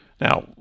Now